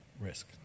risk